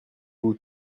vous